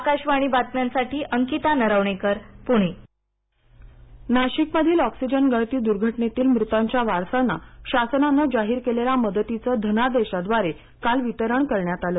आकाशवाणी बातम्यांसाठी अंकिता नरवणेकर पुणे ऑक्सिजन गळती नाशिकमधील ऑक्सिजन गळती दुर्घटनेतील मृतांच्या वारसांना शासनाने जाहीर केलेल्या मदतीचं धनादेशाद्वारे काल वितरण करण्यात आलं